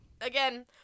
again